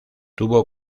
tuvo